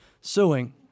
suing